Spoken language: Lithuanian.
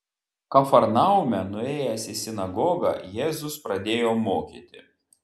kafarnaume nuėjęs į sinagogą jėzus pradėjo mokyti